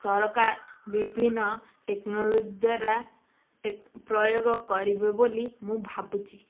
ସରକାର ବିଭିନ୍ନ ଟେକ୍ନୋଲୋଜି ଦ୍ୱାରା ପ୍ରୟୋଗ କରିବେ ବୋଲି ମୁଁ ଭାବୁଛି